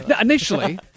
Initially